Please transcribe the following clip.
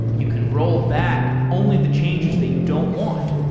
you can rollback only the changes that you don't want,